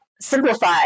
simplify